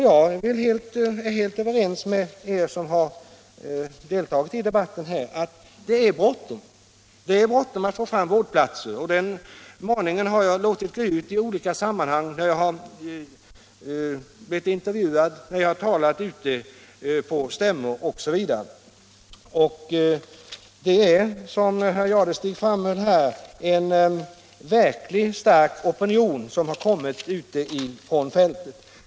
Jag är helt överens med er som har deltagit i debatten om att det är bråttom att få fram vårdplatser. Den maningen har jag också låtit gå ut i olika sammanhang när jag har blivit intervjuad, när jag har talat på stämmor osv. Som herr Jadestig framhöll finns det nu en verkligt stark opinion ute på fältet.